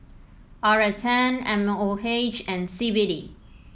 R S N M O H and C B D